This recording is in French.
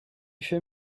fait